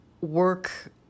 work